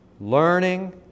learning